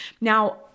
Now